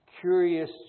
Curious